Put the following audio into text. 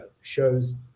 shows